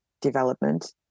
development